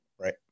Right